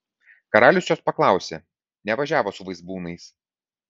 karalius jos paklausė nevažiavo su vaizbūnais